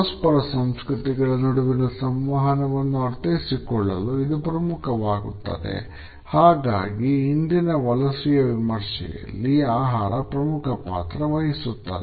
ಪರಸ್ಪರ ಸಂಸ್ಕೃತಿಗಳ ನಡುವಿನ ಸಂವಹನವನ್ನು ಅರ್ಥೈಸಿಕೊಳ್ಳಲು ಇದು ಪ್ರಮುಖವಾಗುತ್ತದೆ ಹಾಗಾಗಿ ಇಂದಿನ ವಲಸೆಯ ವಿಮರ್ಶೆಯಲ್ಲಿ ಆಹಾರ ಪ್ರಮುಖ ಪಾತ್ರವಹಿಸುತ್ತದೆ